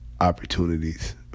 opportunities